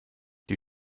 die